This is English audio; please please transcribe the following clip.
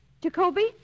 Jacoby